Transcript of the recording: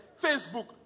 Facebook